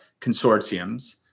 consortiums